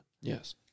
Yes